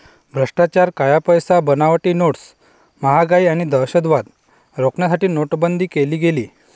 भ्रष्टाचार, काळा पैसा, बनावटी नोट्स, महागाई आणि दहशतवाद रोखण्यासाठी नोटाबंदी केली गेली